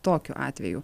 tokiu atveju